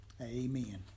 Amen